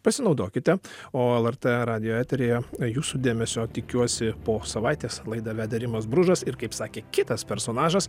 pasinaudokite o lrt radijo eteryje jūsų dėmesio tikiuosi po savaitės laidą vedė rimas bružas ir kaip sakė kitas personažas